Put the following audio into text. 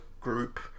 group